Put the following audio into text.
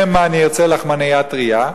שמא אני ארצה לחמנייה טרייה,